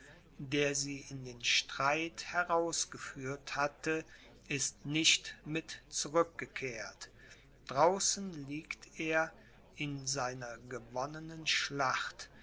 der sie in den streit herausgeführt hatte ist nicht mit zurückgekehrt draußen liegt er in seiner gewonnenen schlacht